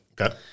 Okay